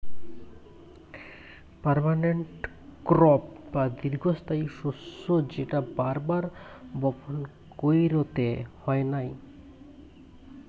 permanent crop বা দীর্ঘস্থায়ী শস্য যেটা বার বার বপণ কইরতে হয় নাই